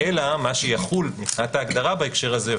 אלא שמה שיחול מבחינת ההגדרה בהקשר הזה,